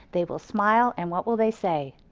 they will smile and what will they say?